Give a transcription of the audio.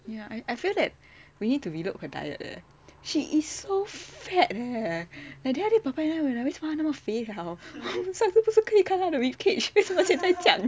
I feel that we need to relook her diet eh she is so fat leh like the other day papa and I was like 为什么她那么肥了 last time 不是可以看到他的 ribcage 为什么现在这样